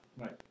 Right